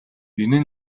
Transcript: энэ